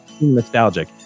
nostalgic